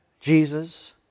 Jesus